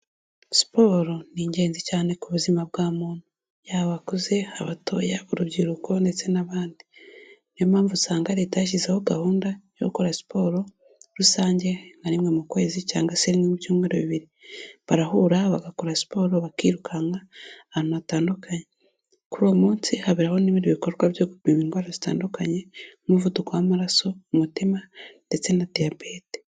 Siporo ni ingenzi cyane ku buzima bwa muntu yaba abakuze, abatoya, urubyiruko ndetse n'abandi, niyo mpamvu usanga leta yashyizeho gahunda yo gukora siporo rusange nka rimwe mu kwezi cyangwa se rimwe mu byumweru bibiri. Barahura bagakora siporo bakirukanka ahantu hatandukanye, kuri uwo munsi haberaho n'ibindi bikorwa byo gupima indwara zitandukanye nk'umuvuduko w'amaraso, umutima ndetse na diyabete.